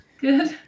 Good